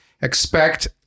expect